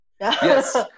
Yes